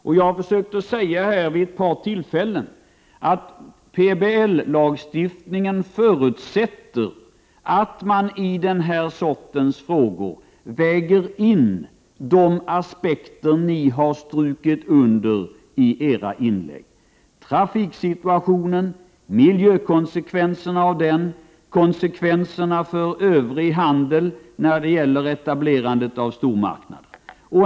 Vid ett par tillfällen har jag försökt säga att PBL-lagstiftningen förutsätter att man i den här sortens frågor väger in de aspekter ni har strukit under i era inlägg — trafiksituationen och dess miljökonsekvenser samt konsekvenserna för övrig handel när det gäller etablering av stormarknader.